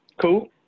Cool